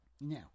now